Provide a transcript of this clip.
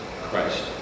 Christ